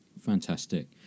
fantastic